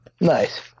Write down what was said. Nice